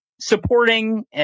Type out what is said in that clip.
supporting